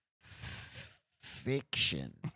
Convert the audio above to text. fiction